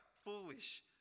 foolish